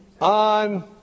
on